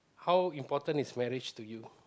how important is marriage to you